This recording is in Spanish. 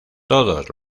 todos